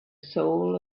soul